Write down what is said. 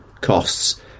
costs